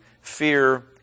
fear